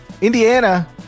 Indiana